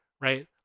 right